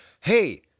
Hey